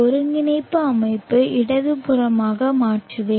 ஒருங்கிணைப்பு அமைப்பை இடதுபுறமாக மாற்றுவேன்